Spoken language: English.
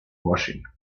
washing